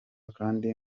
kdi